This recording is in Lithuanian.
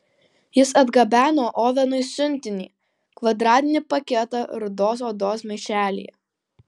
jis atgabeno ovenui siuntinį kvadratinį paketą rudos odos maišelyje